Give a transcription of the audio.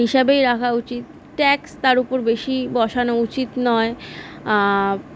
হিসাবেই রাখা উচিত ট্যাক্স তার উপর বেশি বসানো উচিত নয়